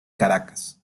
caracas